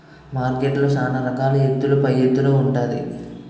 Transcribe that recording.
మార్కెట్లో సాన రకాల ఎత్తుల పైఎత్తులు ఉంటాది